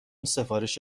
سفارش